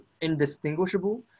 indistinguishable